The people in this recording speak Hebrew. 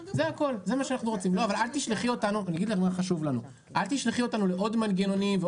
אל תשלחי אותנו לעוד מנגנונים.